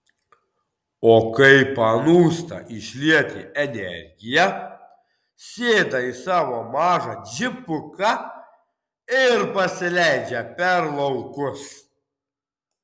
o kai panūsta išlieti energiją sėda į savo mažą džipuką ir pasileidžia per laukus